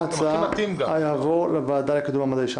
ההצעה תעבור לוועדה לקידום מעמד האישה.